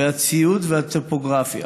על הציוד ועל הטופוגרפיה.